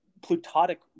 plutonic